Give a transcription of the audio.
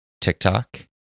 TikTok